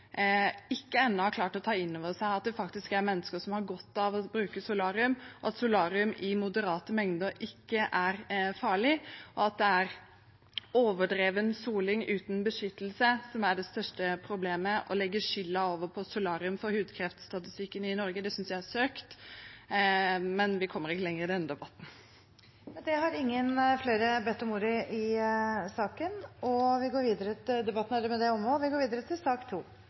ennå ikke har klart å ta inn over seg at det faktisk er mennesker som har godt av å bruke solarium, og at solarium i moderate mengder ikke er farlig. Det er overdreven soling uten beskyttelse som er det største problemet. Å legge skylden på solarium for hudkreftstatistikken i Norge synes jeg er søkt, men vi kommer ikke lenger i denne debatten. Flere har ikke bedt om ordet til sak nr. 1. Etter ønske fra helse- og omsorgskomiteen vil presidenten foreslå at taletiden blir begrenset til 3 minutter til hver partigruppe og 3 minutter til